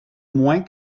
moins